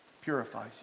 purifies